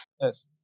Yes